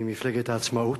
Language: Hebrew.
ממפלגת העצמאות,